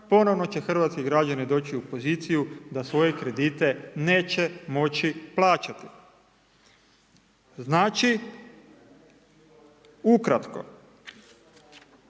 ponovno će hrvatski građani doći u poziciju da svoje kredite neće moći plaćati. Znači, ukratko,